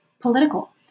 political